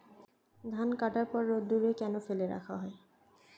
ধান কাটার পর রোদ্দুরে কেন ফেলে রাখা হয়?